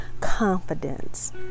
confidence